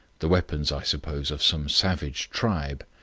the weapons, i suppose, of some savage tribe,